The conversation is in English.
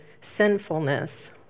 sinfulness